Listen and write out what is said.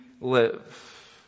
live